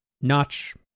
Notch